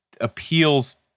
appeals